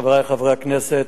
חברי חברי הכנסת,